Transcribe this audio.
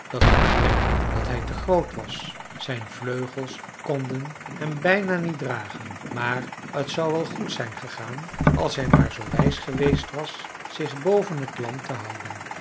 dat gebrek dat hij te groot was zijn vleugels konden hem bijna niet dragen maar het zou wel goed zijn gegaan als hij maar zoo wijs geweest was zich boven het land te houden